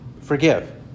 forgive